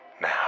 Now